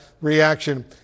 reaction